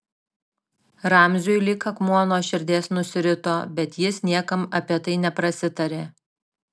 ramziui lyg akmuo nuo širdies nusirito bet jis niekam apie tai neprasitarė